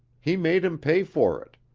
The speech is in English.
he made him pay for it.